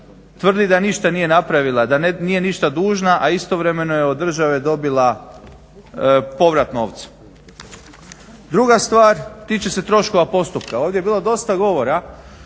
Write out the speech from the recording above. tvrdi da ništa nije napravila, da nije ništa dužna, a istovremeno je od države dobila povrat novca. Druga stvar tiče se troškova postupka. Ovdje je bilo dosta govora